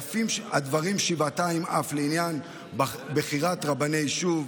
יפים הדברים שבעתיים אף לעניין בחירת רבני יישוב,